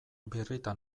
birritan